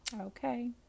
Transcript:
Okay